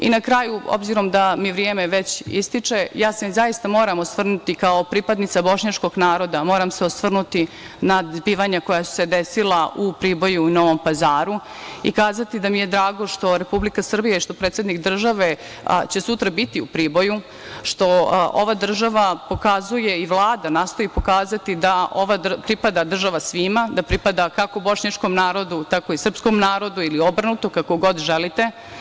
I na kraju, obzirom da mi vreme već ističe, ja se zaista moram osvrnuti kao pripadnica bošnjačkog naroda, moram se osvrnuti na zbivanja koja su se desila u Priboju i Novom Pazaru, i kazati da mi je drago što Republika Srbija i što će predsednik države sutra biti u Priboju, što ova država pokazuje i Vlada nastoji pokazati da ova država pripada svima, da pripada kako bošnjačkom narodu, tako i srpskom narodu ili obrnuto, kako god želite.